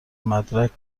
مدرک